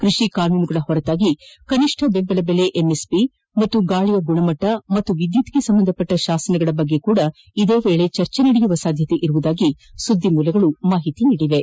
ಕೃಷಿ ಕಾನೂನುಗಳ ಹೊರತಾಗಿ ಕನಿಷ್ಠ ಬೆಂಬಲ ಬೆಲೆ ಎಂಎಸ್ಪಿ ಮತ್ತು ಗಾಳಿಯ ಗುಣಮಟ್ಟ ಮತ್ತು ವಿದ್ಯುತ್ಗೆ ಸಂಬಂಧಿಸಿದ ಶಾಸನಗಳ ಕುರಿತಂತೆಯೂ ಇದೇ ವೇಳಿ ಚರ್ಚೆ ನಡೆಯುವ ಸಾಧ್ಯತೆ ಇರುವುದಾಗಿ ಸುದ್ದಿ ಮೂಲಗಳು ತಿಳಿಸಿವೆ